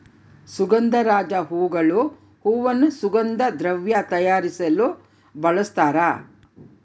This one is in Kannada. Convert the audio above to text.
ಸುಗಂಧರಾಜ ಹೂಗಳು ಹೂವನ್ನು ಸುಗಂಧ ದ್ರವ್ಯ ತಯಾರಿಸಲು ಬಳಸ್ತಾರ